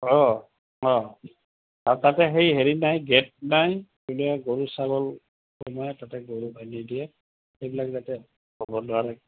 অঁ অঁ আৰু তাতে সেই হেৰি নাই গেট নাই দুনীয়াৰ গৰু ছাগলী সোমাই তাতে গৰু বান্ধি দিয়ে সেইবিলাক যাতে হ'ব নোৱাৰে